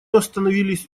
остановились